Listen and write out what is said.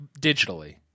digitally